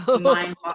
Mind